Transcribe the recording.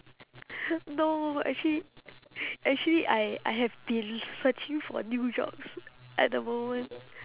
no actually actually I I have been searching for new jobs at the moment